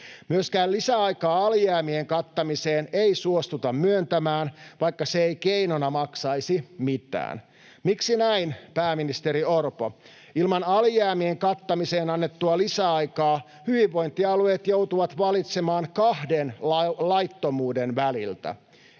Myöskään lisäaikaa alijäämien kattamiseen ei suostuta myöntämään, vaikka se ei keinona maksaisi mitään. Miksi näin, pääministeri Orpo? Ilman alijäämien kattamiseen annettua lisäaikaa hyvinvointialueet joutuvat valitsemaan kahden laittomuuden väliltä: